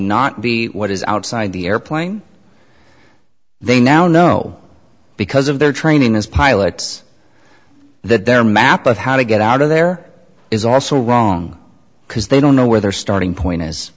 not be what is outside the airplane they now know because of their training as pilots that their map of how to get out of there is also wrong because they don't know where their starting point is